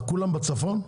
כולם בצפון?